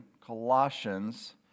Colossians